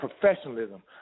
professionalism